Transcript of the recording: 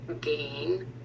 gain